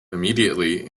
immediately